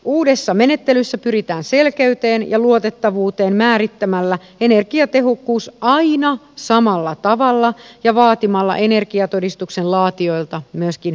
uudessa menettelyssä pyritään selkeyteen ja luotettavuuteen määrittämällä energiatehokkuus aina samalla tavalla ja vaatimalla energiatodistuksen laatijoilta myöskin pätevöitymistä